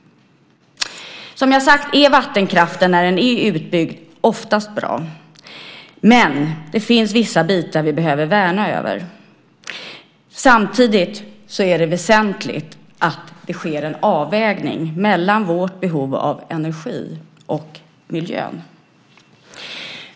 Som jag sagt är vattenkraften när den är utbyggd oftast bra, men det finns vissa bitar som vi behöver värna. Samtidigt är det väsentligt att det sker en avvägning mellan vårt behov av energi och miljön.